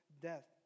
death